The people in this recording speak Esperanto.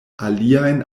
aliajn